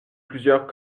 plusieurs